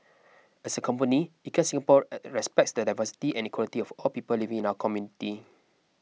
as a company IKEA Singapore respects the diversity and equality of all people living in our community